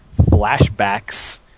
flashbacks